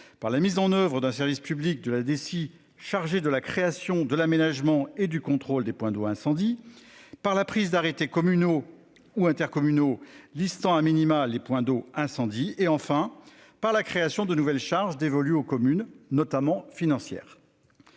par la mise en oeuvre d'un service public de la DSI chargé de la création de l'Aménagement et du contrôle des points d'eau incendies par la prise d'arrêtés communaux ou intercommunaux listant a minima les points d'eau incendie et enfin par la création de nouvelles charges dévolues aux communes notamment financières.